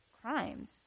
crimes